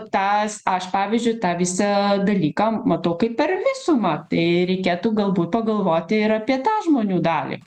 tas aš pavyzdžiui tą visą dalyką matau kaip per visumą tai reikėtų galbūt pagalvoti ir apie tą žmonių dalį